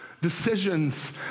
Decisions